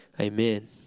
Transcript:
amen